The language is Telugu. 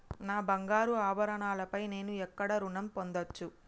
నా బంగారు ఆభరణాలపై నేను ఎక్కడ రుణం పొందచ్చు?